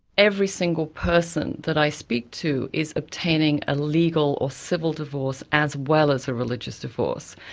every single person that i speak to is obtaining a legal or civil divorce as well as a religious divorce.